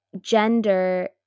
gender